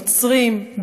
נוצרים,